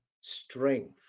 strength